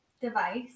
device